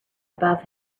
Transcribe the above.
above